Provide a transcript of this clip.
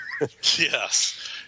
Yes